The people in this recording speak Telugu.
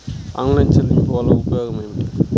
ఆన్లైన్ చెల్లింపుల వల్ల ఉపయోగమేమిటీ?